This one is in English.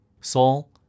Saul